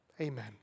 Amen